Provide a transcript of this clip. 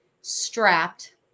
strapped